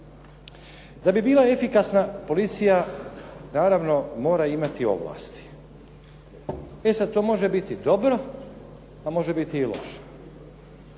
Da bi bila efikasna policija naravno mora imati ovlasti. E sada to može biti dobro a može biti i loše.